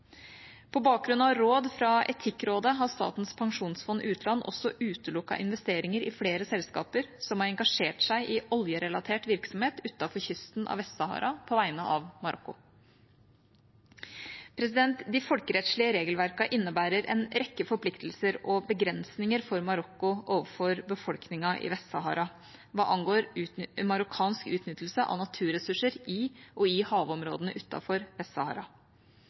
på samme måte. På bakgrunn av råd fra Etikkrådet har Statens pensjonsfond utland også utelukket investeringer i flere selskaper som har engasjert seg i oljerelatert virksomhet utenfor kysten av Vest-Sahara på vegne av Marokko. De folkerettslige regelverkene innebærer en rekke forpliktelser og begrensninger for Marokko overfor befolkningen i Vest-Sahara hva angår marokkansk utnyttelse av naturressurser i og i havområdene